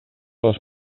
les